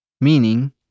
meaning